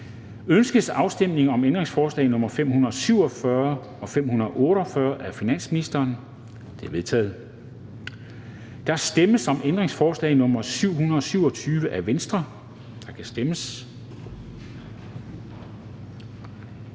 Ønskes afstemning om ændringsforslag nr. 547 og 548 af finansministeren? De er vedtaget. Der stemmes om ændringsforslag nr. 727 af V, og der kan stemmes.